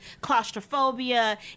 claustrophobia